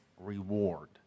reward